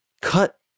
cut